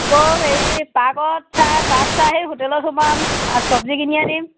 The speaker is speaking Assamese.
অ' হেৰি পাৰ্কত চাই পাৰ্ক চাই সেই হোটেলত সোমাম আৰু চব্জি কিনি আনিম